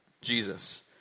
Jesus